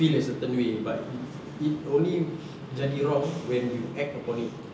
feel a certain way but it only jadi wrong when you act upon it